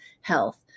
health